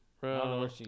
Bro